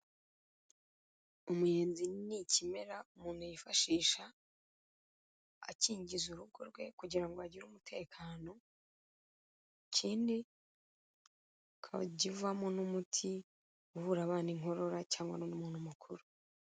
Umuyenzi ni ikimera umuntu yifashisha akingiza urugo rwe kugira ngo agire umutekano, ikindi kagivamo n'umuti uvura abana inkorora cyangwa n'undi muntu mukuru.